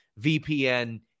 VPN